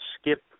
skip